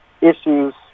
issues